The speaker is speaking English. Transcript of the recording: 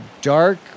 dark